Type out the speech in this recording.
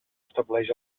estableix